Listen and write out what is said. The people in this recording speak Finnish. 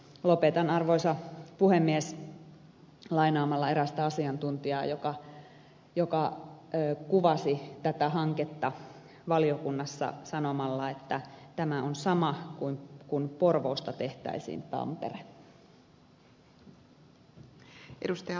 lopetan arvoisa puhemies lainaamalla erästä asiantuntijaa joka kuvasi tätä hanketta valiokunnassa sanomalla että tämä on sama kuin porvoosta tehtäisiin tampere